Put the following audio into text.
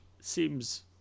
seems